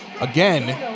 again